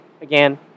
again